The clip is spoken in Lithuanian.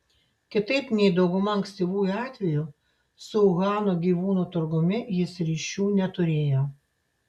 kitaip nei dauguma ankstyvųjų atvejų su uhano gyvūnų turgumi jis ryšių neturėjo